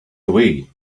away